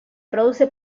produce